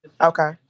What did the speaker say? Okay